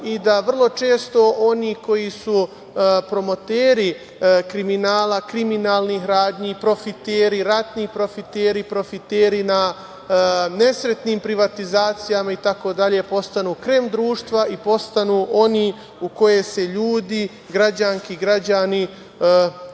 i da vrlo često oni koji su promoteri kriminala, kriminalnih radnji, profiteri, ratni profiteri, profiteri na nesretnim privatizacijama itd. postanu krem društva i postanu oni u koje se ljudi, građanke i građani